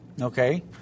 Okay